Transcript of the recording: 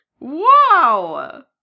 Wow